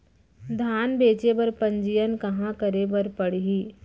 धान बेचे बर पंजीयन कहाँ करे बर पड़ही?